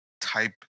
type